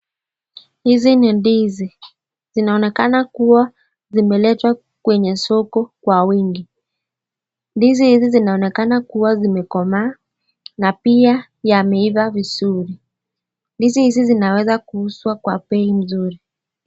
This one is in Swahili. Hizi ni ndizi, zinaonekana kuwa zimeletwa kwenye soko kwa wingi, ndizi hizi zinaonekana kuwa zimekomaa na pia yameiva vizuri ndizi hizi zinaweza kuuzwa kwa bei nzuri.